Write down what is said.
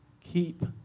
Keep